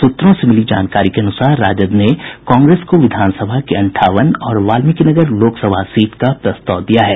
सूत्रों से मिली जानकारी के अनुसार राजद ने कांग्रेस को विधानसभा के अंठावन और वाल्मीकिनगर लोकसभा सीट का प्रस्ताव दिया है